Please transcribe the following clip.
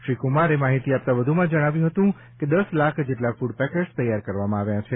શ્રી કુમાર માહિતી આપતા વધુમાં જણાવ્યું હતું કે દશ લાખ જેટલા ફૂડ પેકેટ્સ તૈયાર કરવામાં આવ્યા છે